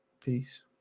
Peace